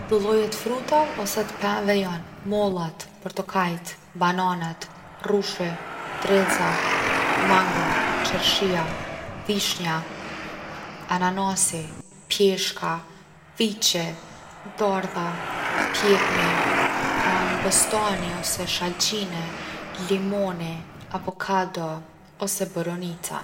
Do lloje t’frutave ose t’pemve jon mollat, portokajt, bananet, rushi, dredhza, mango, qershia, vishnja, ananasi, pjeshka, fiqi, dardha, pjepni bostani ose shalqini, limoni, avokado ose boronica.